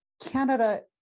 Canada